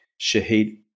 Shahid